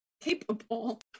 capable